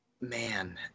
man